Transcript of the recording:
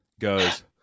goes